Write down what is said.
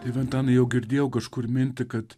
tėve antanai jau girdėjau kažkur mintį kad